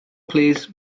plîs